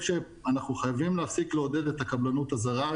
שאנחנו חייבים להפסיק לעודד את הקבלנות הזרה,